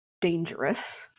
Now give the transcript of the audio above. dangerous